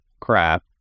crap